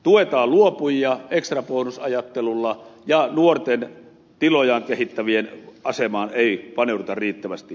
tuetaan luopujia ekstrabonusajattelulla ja nuorten tilojaan kehittävien asemaan ei paneuduta riittävästi